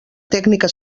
tècnica